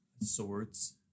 Swords